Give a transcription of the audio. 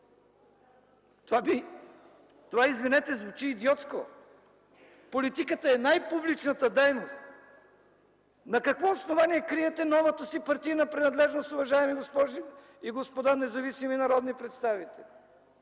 Това, извинете, звучи идиотско! Политиката е най-публичната дейност! На какво основание криете новата си партийна принадлежност, уважаеми госпожи и господа независими народни представители?